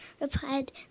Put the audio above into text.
replied